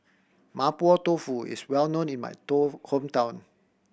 Mapo Tofu is well known in my hometown